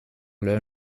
leur